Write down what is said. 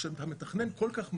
שאתה מתכנן כל כך מהר,